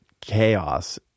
chaos